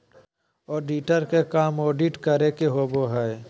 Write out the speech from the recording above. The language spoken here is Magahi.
ऑडिटर के काम ऑडिट करे के होबो हइ